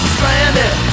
Stranded